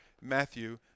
Matthew